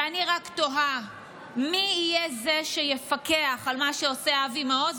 ואני רק תוהה מי יהיה זה שיפקח על מה שעושה אבי מעוז.